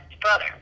brother